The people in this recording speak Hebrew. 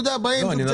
באים זוג צעיר,